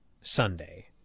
sunday